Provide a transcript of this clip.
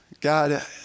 God